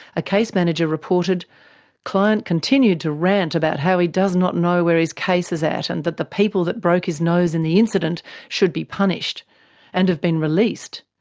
a case manager reported client continued to rant about how he does not know where his case is at and that the people that broke his nose in the incident should be punished and have been released.